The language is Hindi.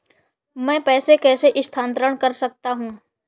मैं पैसे कैसे स्थानांतरण कर सकता हूँ?